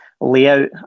layout